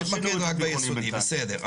אז אני אתמקד רק בבתי הספר היסודיים, בסדר.